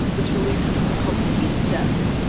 which will lead to something called the heat death,